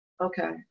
Okay